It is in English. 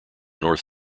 north